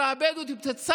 יוקרתי או בכיר במיוחד.